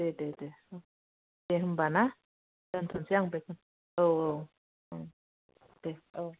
दे दे दे दे होमब्ला ना दोनथनसै आंबो औ औ दे औ